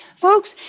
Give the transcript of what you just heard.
Folks